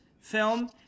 film